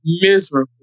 miserable